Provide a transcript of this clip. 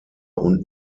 und